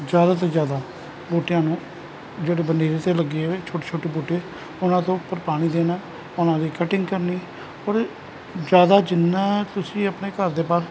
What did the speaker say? ਜ਼ਿਆਦਾ ਤੋਂ ਜ਼ਿਆਦਾ ਬੂਟਿਆਂ ਨੂੰ ਜਿਹੜੇ ਬਨੇਰੇ 'ਤੇ ਲੱਗੇ ਹੋਏ ਛੋਟੇ ਛੋਟੇ ਬੂਟੇ ਉਹਨਾਂ ਦੇ ਉੱਪਰ ਪਾਣੀ ਦੇਣਾ ਉਹਨਾਂ ਦੀ ਕਟਿੰਗ ਕਰਨੀ ਔਰ ਜ਼ਿਆਦਾ ਜਿੰਨਾਂ ਤੁਸੀਂ ਆਪਣੇ ਘਰ ਦੇ ਬਾਹਰ